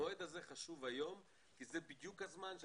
המועד הזה חשוב היום כי זה בדיוק הזמן של